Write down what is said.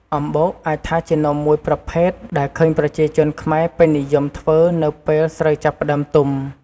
អំបុក អាចថាជានំមួយប្រភេទដែលឃើញប្រជាជនខ្មែរពេញនិយមធ្វើរនៅពេលស្រូវចាប់ផ្ដើមទុំ។